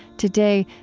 today,